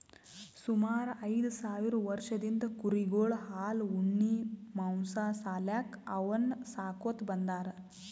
ಸುಮಾರ್ ಐದ್ ಸಾವಿರ್ ವರ್ಷದಿಂದ್ ಕುರಿಗೊಳ್ ಹಾಲ್ ಉಣ್ಣಿ ಮಾಂಸಾ ಸಾಲ್ಯಾಕ್ ಅವನ್ನ್ ಸಾಕೋತ್ ಬಂದಾರ್